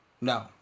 no